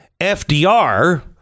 FDR